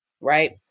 right